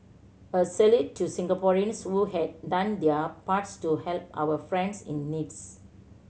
a salute to Singaporean's who had done their parts to help our friends in needs